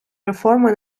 реформи